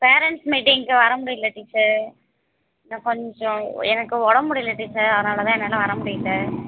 parents மீட்டிங்குக்கு வர முடியலை டீச்சர் நான் கொஞ்சம் எனக்கு உடம்பு முடியலை டீச்சர் அதனால் தான் என்னால் வர முடியலை